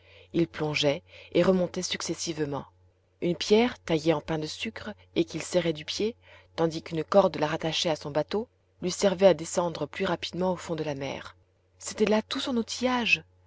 il plongeait et remontait successivement une pierre taillée en pain de sucre et qu'il serrait du pied tandis qu'une corde la rattachait à son bateau lui servait à descendre plus rapidement au fond de la mer c'était là tout son outillage